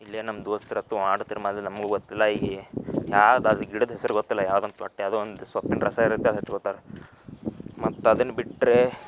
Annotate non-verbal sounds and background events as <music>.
ಇಲ್ಲಿ ನಮ್ಮ ದೋಸ್ತ್ರು ಅತ್ತು ಆಡ್ತಿರ್ <unintelligible> ನಮಗೂ ಗೊತ್ತಿಲ್ಲ ಈ ಯಾವ್ದದು ಗಿಡದ ಹೆಸರು ಗೊತ್ತಿಲ್ಲ ಯಾವ್ದಂತ ಒಟ್ಟು ಯಾವುದೋ ಒಂದು ಸೊಪ್ಪಿನ ರಸ ಇರುತ್ತೆ ಅದು ಹಚ್ಕೊತಾರೆ ಮತ್ತು ಅದನ್ನು ಬಿಟ್ಟರೆ